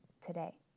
today